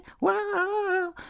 Whoa